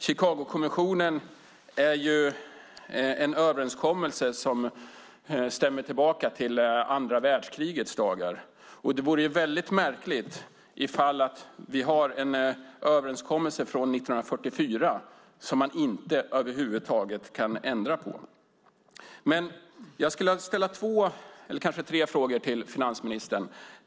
Chicagokonventionen är en överenskommelse som stämmer tillbaka till andra världskrigets dagar, och det vore väldigt märkligt om vi hade en överenskommelse från 1944 som man inte över huvud taget kan ändra på. Jag skulle vilja ställa ett par frågor till finansministern.